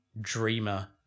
dreamer